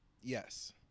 Yes